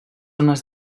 ones